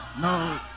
No